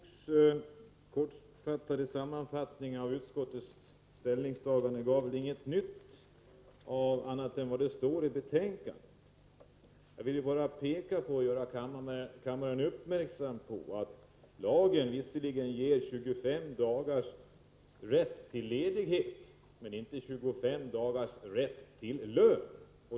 Herr talman! Christer Skoogs kortfattade sammanfattning av utskottets betänkande gav inget nytt, utöver vad som står i betänkandet. Jag vill bara göra kammarens ledamöter uppmärksamma på att lagen visserligen ger rätt till 25 dagars ledighet, men inte rätt till 25 dagars lön.